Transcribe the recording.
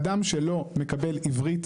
אדם שלא מקבל עברית,